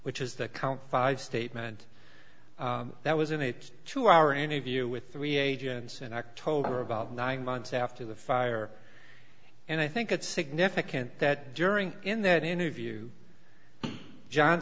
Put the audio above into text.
which is the count five statement that was in it to our interview with three agents in october about nine months after the fire and i think it's significant that during in that interview john